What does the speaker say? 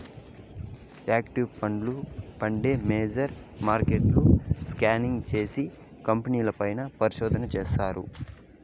active ఫండ్లో, fund manager మార్కెట్ను scan చేసి, కంపెనీల పైన పరిశోధన చేస్తారు